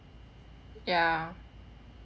ya